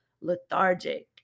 lethargic